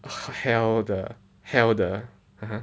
held the held the